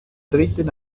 dritten